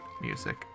music